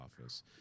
office